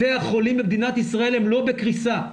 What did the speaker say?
בתי החולים במדינת ישראל לא בקריסה'.